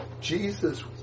Jesus